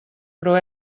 però